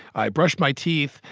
i brush my teeth.